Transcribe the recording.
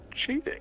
cheating